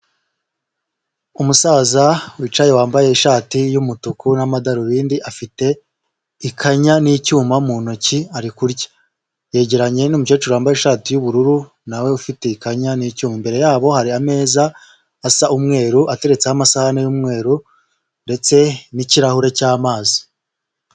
Umusaza wicaye wambaye ishati y'umutuku n'amadarubindi afite ikanya n'icyuma mu ntoki ari kurya, yegeranye n'umukecuru wambaye ishati y'ubururu na we ufite ikanya n'icyuma, imbere yabo hari ameza asa umweru ateretseho amasahani y'umweru ndetse n'ikirahure cy'amazi.